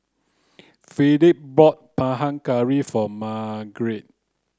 Phillip bought Panang Curry for Margarette